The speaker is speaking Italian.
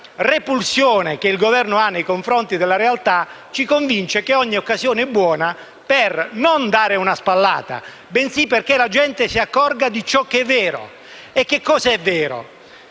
questa repulsione che il Governo ha nei confronti della realtà, ci convince che ogni occasione è buona, non per dare una spallata, ma perché la gente si accorga di ciò che è vero. E cosa è vero?